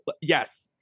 yes